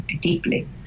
deeply